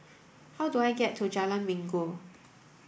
how do I get to Jalan Minggu